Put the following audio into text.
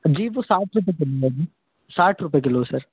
जी वो साठ रुपये किलो है जी साठ रुपये किलो सर